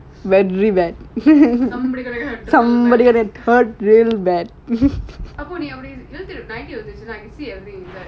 very bad somebody gonna get hurt real bad Pappu நீ அப்பிடியே இழுத்துட்டு:pappu nee apidiyae ezhuthutu nicely I can see every